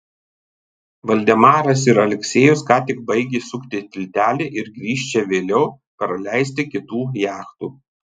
valdemaras ir aleksejus ką tik baigė sukti tiltelį ir grįš čia vėliau praleisti kitų jachtų